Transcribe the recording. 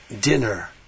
dinner